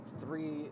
three